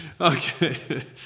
Okay